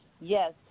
yes